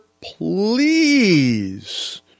please